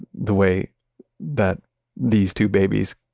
the way that these two babies,